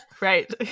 Right